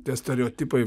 tie stereotipai